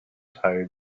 teil